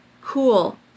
Cool